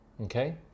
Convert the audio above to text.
Okay